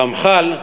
הרמח"ל,